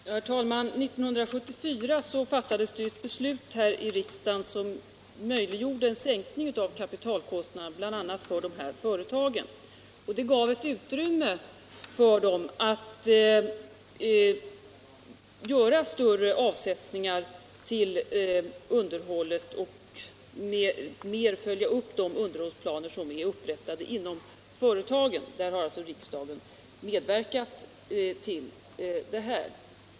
Herr talman! År 1974 fattades ett beslut här i riksdagen som möjliggjorde en sänkning av kapitalkostnaden bl.a. för företag som det här gäller. Det gav ett utrymme för dem att göra större avsättningar till underhållet och bättre följa upp de underhållsplaner som är upprättade inom företagen. Detta har alltså riksdagen medverkat till.